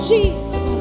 Jesus